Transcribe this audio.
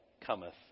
cometh